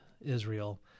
Israel